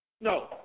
No